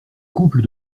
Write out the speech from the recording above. couples